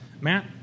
Matt